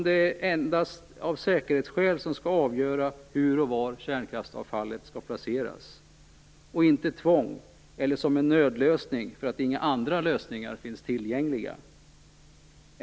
Det är ju endast säkerhetsskäl som skall avgöra hur och var kärnkraftsavfallet skall placeras. Det skall inte vara något tvång, och det skall inte vara fråga om nödlösningar för att inga andra lösningar finns tillgängliga.